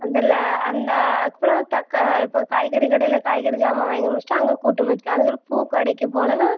அதில் அந்த அதுக்கு அப்புறம் தக்கா இப்போ காய்கறி கடையில் காய்கறி ஜாமான் வாங்கி முடிச்சுட்டு அங்கே கூட்டம் அதுக்கு அப்புறம் பூ கடைக்கு போனேம்னா